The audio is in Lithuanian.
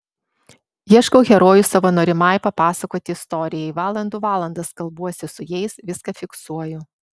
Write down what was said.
ieškau herojų savo norimai papasakoti istorijai valandų valandas kalbuosi su jais viską fiksuoju